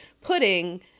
pudding